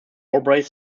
albright